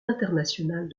international